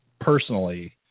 personally